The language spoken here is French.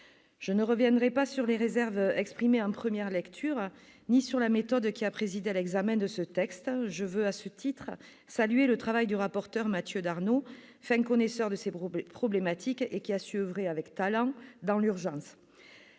Je ne reviendrai pas sur les réserves exprimées, en première lecture ni sur la méthode qui a présidé à l'examen de ce texte. À ce titre, je veux saluer le travail du rapporteur, Mathieu Darnaud, fin connaisseur de ces problématiques et qui a su oeuvrer, avec talent, dans l'urgence.